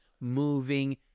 moving